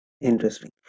Interesting